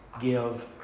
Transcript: give